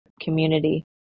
community